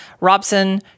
Robson